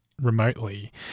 remotely